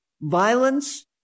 Violence